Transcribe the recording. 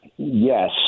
Yes